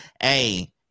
Hey